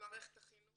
במערכת החינוך.